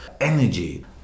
energy